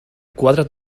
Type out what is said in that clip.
quatre